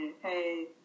Hey